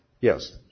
Yes